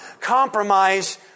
compromise